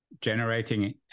generating